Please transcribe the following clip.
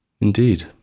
Indeed